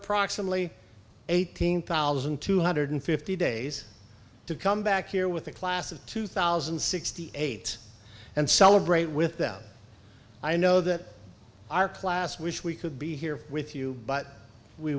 approximately eighteen thousand two hundred fifty days to come back here with a class of two thousand and sixty eight and celebrate with them i know that our class wish we could be here with you but we